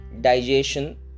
digestion